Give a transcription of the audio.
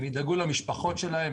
הם ידאגו למשפחות שלהם,